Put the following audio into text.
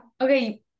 okay